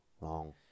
long